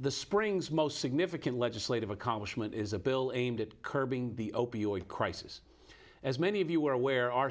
the spring's most significant legislative accomplishment is a bill aimed at curbing the opioid crisis as many of you are aware our